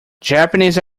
japanese